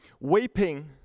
weeping